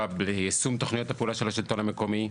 ביישום תוכניות הפעולה של השלטון המקומי,